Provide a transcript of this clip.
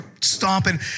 stomping